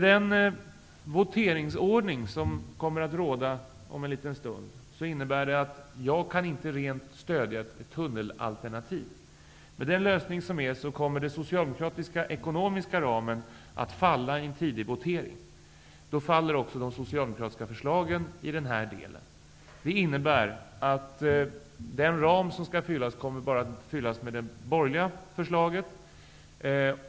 Den voteringsordning som kommer att gälla vid voteringen om en liten stund innebär att jag inte rent kan stödja förslaget om tunnelalternativet. Socialdemokraternas förslag om den ekonomiska ramen kommer att falla tidigt i en votering. Då faller också de socialdemokratiska förslagen i denna del. Det innebär att den ekonomiska ram som skall fyllas kommer att fyllas med bara det borgerliga förslaget.